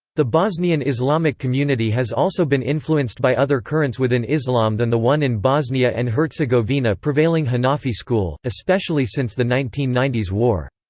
the bosnian islamic community has also been influenced by other currents within islam than the one in bosnia and herzegovina prevailing hanafi school, especially since the nineteen ninety s war.